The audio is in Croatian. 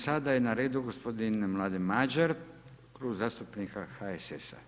Sada je na redu gospodin Mladen Madjer, Klub zastupnika HSS-a.